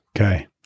Okay